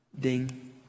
ding